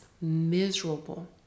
miserable